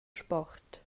sport